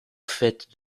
faîte